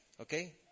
okay